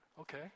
Okay